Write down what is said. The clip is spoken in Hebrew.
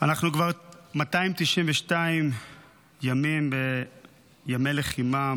אנחנו כבר ב-292 ימי מלחמה.